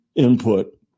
Input